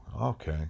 okay